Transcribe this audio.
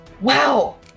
Wow